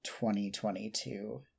2022